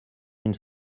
une